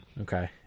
Okay